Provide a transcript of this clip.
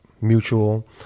mutual